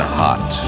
hot